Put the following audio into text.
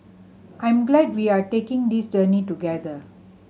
I'm glad we are taking this journey together